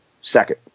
second